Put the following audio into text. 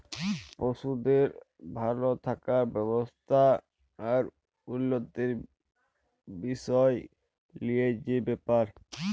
পশুদের ভাল থাকার ব্যবস্থা আর উল্যতির বিসয় লিয়ে যে ব্যাপার